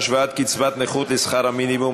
השוואת קצבת נכות לשכר המינימום),